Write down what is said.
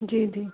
जी जी